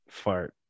fart